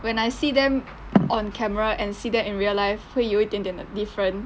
when I see them on camera and see them in real life 会有一点点的 different